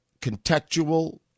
contextual